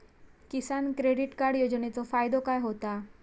किसान credit card योजनेचो फायदो काय होता?